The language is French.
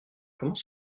comment